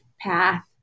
path